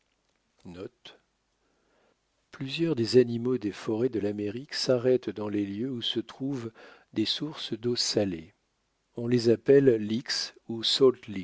des animaux des forêts de l'amérique s'arrêtent dans les lieux où se trouvent des sources d'eau salée on les appelle licks